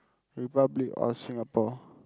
Republic of Singapore